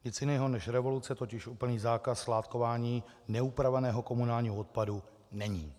Nic jiného než revoluce totiž úplný zákaz skládkování neupraveného komunálního odpadu není.